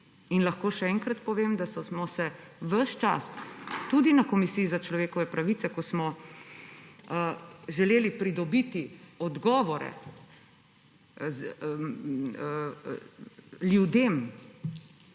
In lahko še enkrat povem, da smo se večkrat tudi na komisiji za človekove pravice, ko smo želeli pridobiti odgovore ljudem,